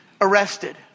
arrested